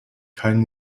kein